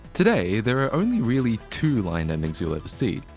today there are only really two line endings you'll ever see.